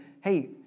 hey